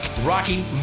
rocky